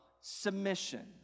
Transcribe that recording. submission